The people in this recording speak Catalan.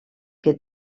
que